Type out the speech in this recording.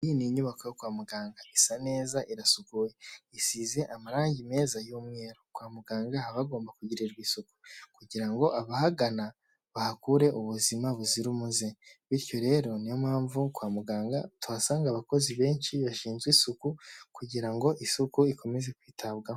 Iyi ni inyubako yo kwa muganga isa neza irasukuye; isize amarangi meza y'umweru. Kwa muganga haba hagomba kugirirwa isuku, kugira ngo abahagana bahakure ubuzima buzira umuze. Bityo rero ni yo mpamvu kwa muganga tuhasanga abakozi benshi bashinzwe isuku kugira ngo isuku ikomeze kwitabwaho.